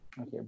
Okay